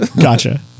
Gotcha